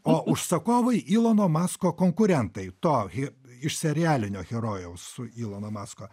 o užsakovai ilono masko konkurentai tohi iš serialinio herojaus su ilano masko